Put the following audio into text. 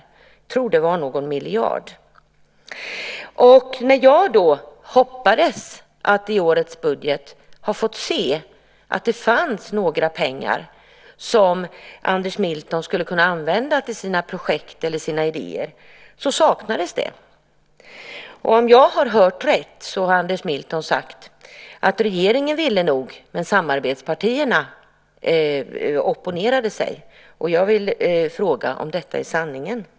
Jag tror att det var någon miljard. Jag hade hoppats att i årets budget få se att det fanns några pengar som Anders Milton skulle kunna använda till sina projekt eller till sina idéer. Men de saknades. Om jag har hört rätt har Anders Milton sagt att regeringen nog ville men att samarbetspartierna opponerade sig. Jag vill fråga om detta är sanningen.